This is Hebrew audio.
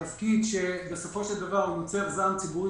זה תפקיד שבסופו של דבר מצמיח זעם ציבורי